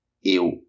eu